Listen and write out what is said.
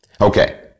Okay